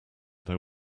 there